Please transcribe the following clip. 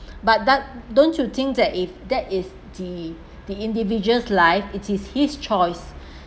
but that don't you think that if that is the the individual's life it is his choice